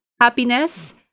happiness